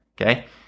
Okay